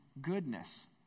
goodness